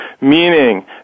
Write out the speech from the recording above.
meaning